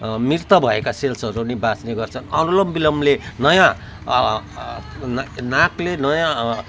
मृत भएका सेल्सहरू नि बाच्ने गर्छन् अनुलोम विलोमले नयाँ नाकले नयाँ